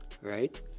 right